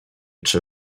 czy